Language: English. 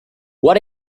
what